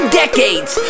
decades